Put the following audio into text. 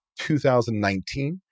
2019